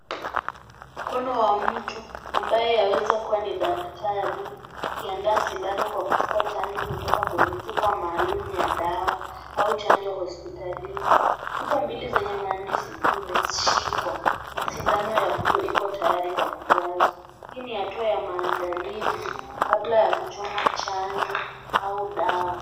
Mkono wa mtu ambaye yaweza kuwa ni daktari akiandaa sindano kwa kuchukua chanjo kutoka kwenye chupa maalum ya dawa au chanjo hospitalini , chupa mbili zenye maandishi zimeshikwa na sindano ya blue iko tayari kwa kujazwa, hii ni maandalizi kabla ya kuchoma chanjo au dawa.